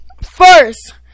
First